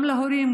גם להורים,